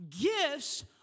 gifts